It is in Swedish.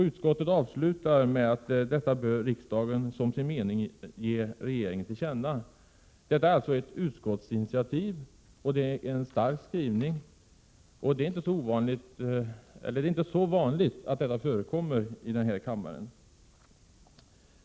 Utskottet avslutar skrivningen med att vad utskottet anfört bör riksdagen som sin mening ge regeringen till känna. Detta är alltså ett utskottsinitiativ och en stark skrivning. Det är inte så vanligt att det förekommer.